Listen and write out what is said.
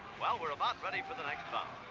well, we're about ready for the next but